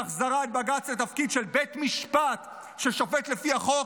והחזרת בג"ץ לתפקיד של בית משפט ששופט לפי החוק,